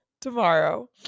tomorrow